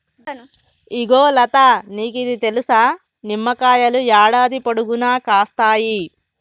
ఇగో లతా నీకిది తెలుసా, నిమ్మకాయలు యాడాది పొడుగునా కాస్తాయి